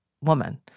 woman